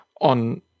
on